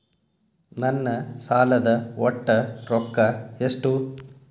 ನನ್ನ ಸಾಲದ ಒಟ್ಟ ರೊಕ್ಕ ಎಷ್ಟು?